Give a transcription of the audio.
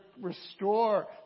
restore